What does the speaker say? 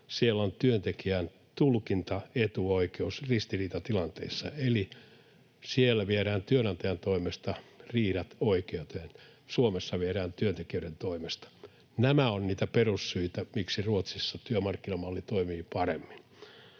siellä on työntekijän tulkintaetuoikeus ristiriitatilanteissa, eli siellä viedään työnantajan toimesta riidat oikeuteen — Suomessa viedään työntekijöiden toimesta. Nämä ovat niitä perussyitä, miksi Ruotsissa työmarkkinamalli toimii paremmin.